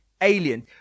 alien